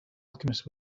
alchemist